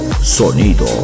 Sonido